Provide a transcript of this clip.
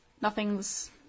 nothing's